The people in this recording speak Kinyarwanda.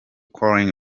calling